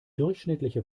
durchschnittliche